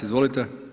Izvolite.